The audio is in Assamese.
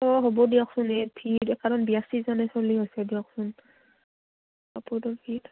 অঁ হ'ব দিয়কচোন এই কাৰণ বিয়াৰ চিজনে চলি হৈছে দিয়কচোন কাপোৰটো